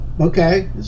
Okay